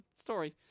story